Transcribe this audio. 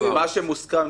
זה מה שקורה.